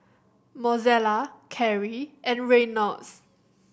Mozella Carie and Reynolds